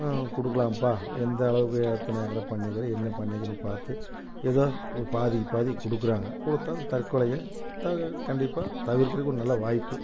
கொடுக்கலாம்பா எந்த அளவுக்கு எத்தனை ஏக்கருக்கு பண்ணி இருக்குற என்ன பண்ணி இருக்குறன்னு பார்த்து எதோ ஒரு பாதிக்கு பாதி கொடுக்குறாங்க கொடுத்தா தற்கொலையை கண்டிப்பாக தவிர்க்குறதுக்கு ஒரு நல்ல வாய்ப்பு